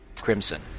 crimson